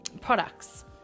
products